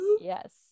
Yes